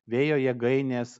vėjo jėgainės